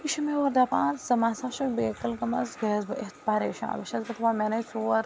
یہِ چھُ مےٚ اورٕ دَپان ژٕ ما سا چھیٚکھ بے عقل گٔمٕژ گٔیٚیَس بہٕ أتھۍ پریشان وۄنۍ چھیٚس بہٕ دپان مےٚ نٔے ژور